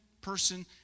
person